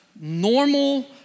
normal